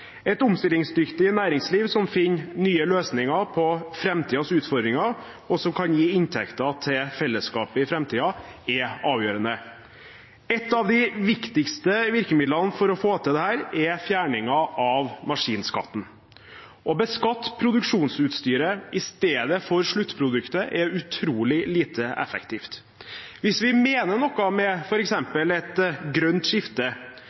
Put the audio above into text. Et omstillingsdyktig næringsliv, som finner nye løsninger på framtidens utfordringer, og som kan gi inntekter til fellesskapet i framtiden, er avgjørende. Et av de viktigste virkemidlene for å få til dette er fjerningen av maskinskatten. Å beskatte produksjonsutstyret i stedet for sluttproduktet er utrolig lite effektivt. Hvis vi mener noe med f.eks. et grønt skifte,